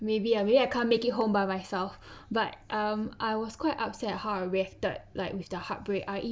maybe ah maybe I can make it home by myself but um I was quite upset how I reacted like with the heartbreak I